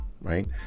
right